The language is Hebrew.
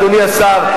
אדוני השר,